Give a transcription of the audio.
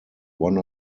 one